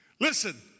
Listen